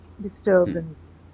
disturbance